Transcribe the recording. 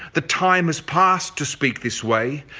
the time has past to speak this way.